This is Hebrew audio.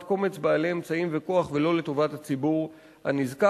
קומץ בעלי אמצעים וכוח ולא לטובת הציבור הנזקק,